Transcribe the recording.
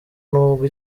nubwo